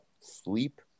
sleep